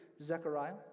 Zechariah